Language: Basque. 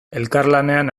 elkarlanean